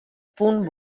punt